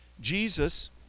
Jesus